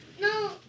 No